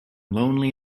lonely